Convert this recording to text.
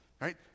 right